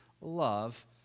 love